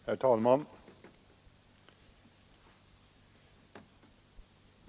Herr talman!